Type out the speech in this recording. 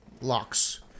locks